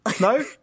no